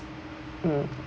mm